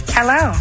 Hello